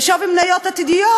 ושווי מניות עתידיות,